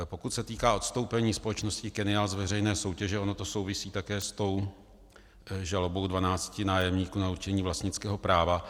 Pokud se týká odstoupení společnosti Kennial z veřejné soutěže, ono to souvisí také s tou žalobou dvanácti nájemníků na určení vlastnického práva.